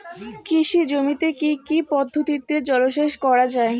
কৃষি জমিতে কি কি পদ্ধতিতে জলসেচ করা য়ায়?